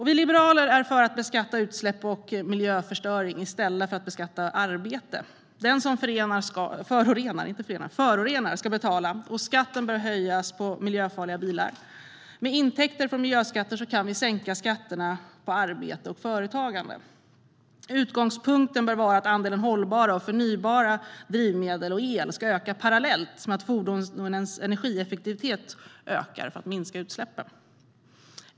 Vi liberaler är för att beskatta utsläpp och miljöförstöring i stället för att beskatta arbete. Den som förorenar ska betala, och skatten bör höjas på miljöfarliga bilar. Med intäkter från miljöskatter kan vi sänka skatterna på arbete och företagande. Utgångspunkten bör vara att andelen hållbara och förnybara drivmedel och el ska ökas parallellt med att fordonens energieffektivitet ökas för att minska utsläppen.